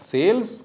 Sales